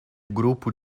grupo